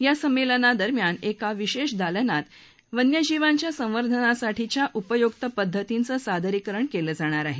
या संमेलनादरम्यान एका विशेष दालनात वन्यजीवांच्या संवर्धनासाठीच्या उपयुक पद्धतींचं सादरीकरण केलं जाणार आहेत